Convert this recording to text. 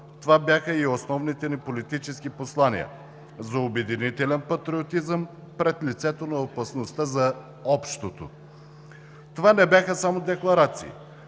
Това бяха и основните ни политически послания – за обединителен патриотизъм пред лицето на опасността за общото. Това не бяха само декларации.